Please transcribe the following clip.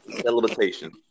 Celebration